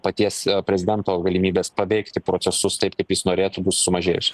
paties prezidento galimybės paveikti procesus taip kaip jis norėtų bus sumažėjus